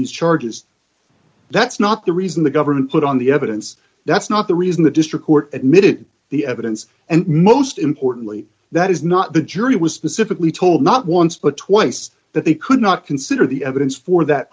these charges that's not the reason the government put on the evidence that's not the reason the district court admitted the evidence and most importantly that is not the jury was specifically told not once but twice that they could not consider the evidence for that